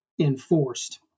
enforced